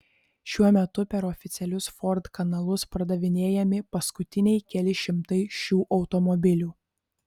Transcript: šiuo metu per oficialius ford kanalus pardavinėjami paskutiniai keli šimtai šių automobilių